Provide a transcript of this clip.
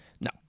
No